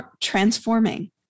transforming